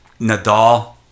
Nadal